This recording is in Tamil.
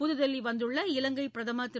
புதுதில்லி வந்துள்ள இலங்கைப் பிரதமர் திரு